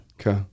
Okay